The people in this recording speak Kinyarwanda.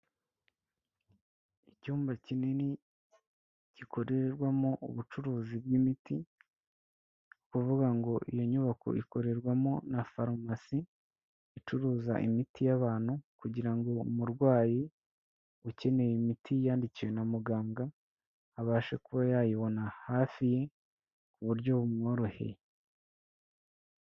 Icyumba kinini gikorerwamo ubucuruzi bw'imiti, ni ukuvuga ngo iyo nyubako ikorerwamo na farumasi icuruza imiti y'abantu, kugira ngo umurwayi ukeneye imiti yandikiwe na muganga abashe kuba yayibona hafi ye ku buryo bumworoheye.